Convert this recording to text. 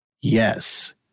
Yes